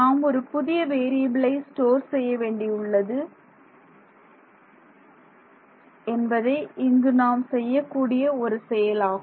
நாம் ஒரு புதிய வேறியபிலை ஸ்டோர் செய்ய வேண்டி உள்ளது என்பதே இங்கு நாம் செய்யக்கூடிய ஒரு செயலாகும்